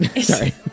Sorry